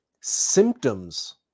symptoms